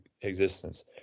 existence